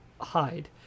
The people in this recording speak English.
hide